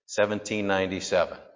1797